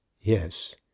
yes